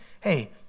hey